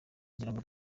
ngirango